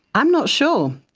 i'm not sure.